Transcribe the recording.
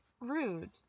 rude